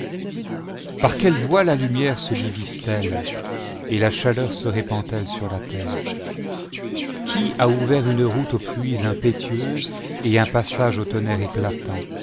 par quelle voie la lumière se diviset-elle et la chaleur se répand-elle sur la terre qui a ouvert une route aux pluies impétueuses et un passage au tonnerre éclatant